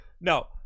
No